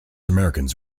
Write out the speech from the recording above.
americans